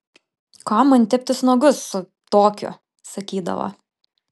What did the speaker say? kam man teptis nagus su tokiu sakydavo